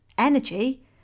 energy